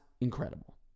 incredible